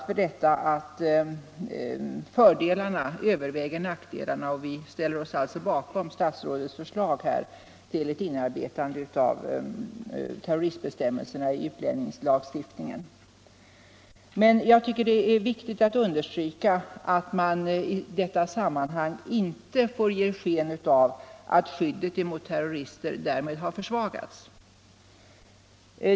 Justitieutskottet har också stannat för detta, och vi ställer oss alltså bakom statsrådets förslag till ett inarbetande av terroristbestämmelserna i utlänningslagstiftningen. Men jag tycker det är viktigt att understryka att man i detta sammanhang inte får ge sken av att skyddet mot terrorister därmed har försvagats.